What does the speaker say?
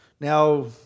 Now